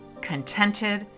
contented